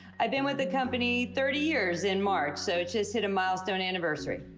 i've been with the company thirty years in march. so just hit a milestone anniversary.